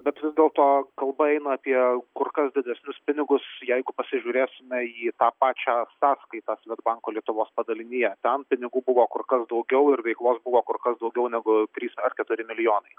bet vis dėlto kalba eina apie kur kas didesnius pinigus jeigu pasižiūrėsime į tą pačią sąskaitą svedbanko lietuvos padalinyje ten pinigų buvo kur kas daugiau ir veiklos buvo kur kas daugiau negu trys ar keturi milijonai